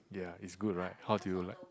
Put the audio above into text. ya it's good right how do you like